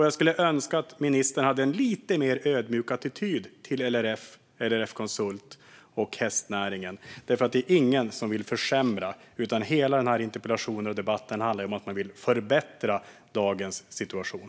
Jag skulle önska att ministern hade en lite mer ödmjuk attityd till LRF, LRF Konsult och hästnäringen. Det är ingen som vill försämra, utan hela denna interpellationsdebatt handlar om att man vill förbättra dagens situation.